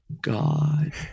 God